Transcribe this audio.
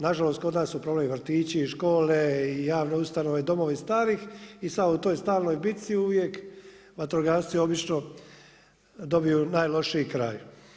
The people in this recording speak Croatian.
Na žalost kod na su problem i vrtići, i škole, i javne ustanove i domovi starih i sada u toj stalnoj bitci uvijek vatrogasci obično dobiju najlošiji kraj.